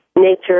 nature